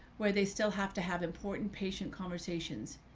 where they still have to have important patient conversations.